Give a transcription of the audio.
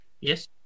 Yes